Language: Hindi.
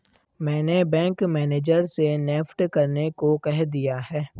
मैंने बैंक मैनेजर से नेफ्ट करने को कह दिया है